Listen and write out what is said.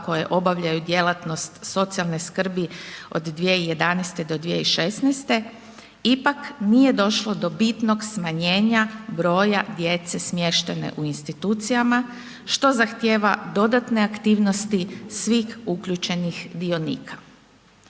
koje obavljaju djelatnost socijalne skrbi od 2011.-2016., ipak nije došlo do bitnog smanjenja broja djece smještene u institucijama, što zahtjeva dodatne aktivnosti svih uključenih dionika.